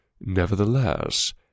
Nevertheless